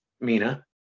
Mina